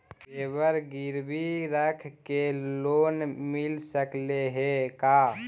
जेबर गिरबी रख के लोन मिल सकले हे का?